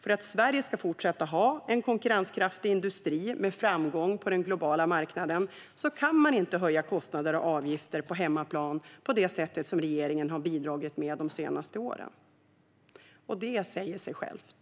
Om Sverige ska fortsätta ha en konkurrenskraftig industri med framgång på den globala marknaden kan man inte höja kostnader och avgifter på hemmaplan på det sätt som regeringen har bidragit med under de senaste åren. Det säger sig självt.